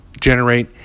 generate